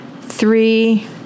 three